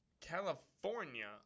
California